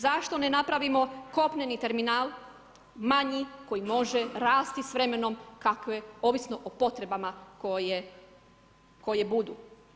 Zašto ne napravimo kopneni terminal manji koji može rasti s vremenom kako je ovisno o potrebama koje budu?